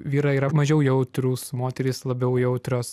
vyrai yra mažiau jautrūs moterys labiau jautrios